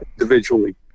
individually